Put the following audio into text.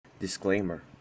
Disclaimer